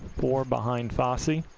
four behind fassi.